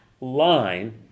line